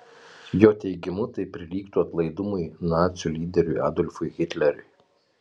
jo teigimu tai prilygtų atlaidumui nacių lyderiui adolfui hitleriui